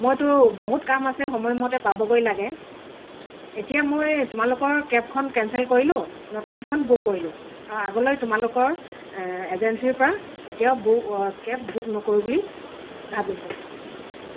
মইতো বহুত কাম আছে সময়মতে পাবগৈ লাগে এতিয়া মই তোমালোকৰ কেবখন কেঞ্চেল কৰিলোঁ নতুন এখন বুক কৰিলোঁ আৰু আগলৈ তোমালোকৰ এজেঞ্চীৰ পৰা কেতিয়াও বু কেব বুক নকৰোঁ বুলি ভাবিছোঁ